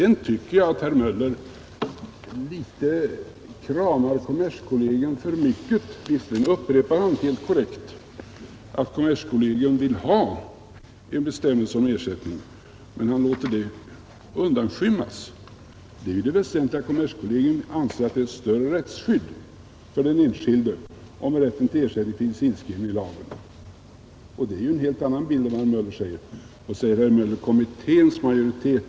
Jag tycker nog att herr Möller kramar kommerskollegium för mycket. Visserligen upprepar han helt korrekt, att kommerskollegium vill ha en bestämmelse om ersättning, men han låter det undanskymmas. Det väsentliga är ju att kommerskollegium anser att rättsskyddet för den enskilde blir större om rätten till ersättning finns inskriven i lagen. Det är en helt annan bild än den herr Möller i Gävle ger. Sedan talar herr Möller om kommitténs majoritet.